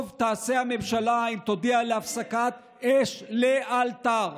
תעשה הממשלה אם תודיע על הפסקת אש לאלתר.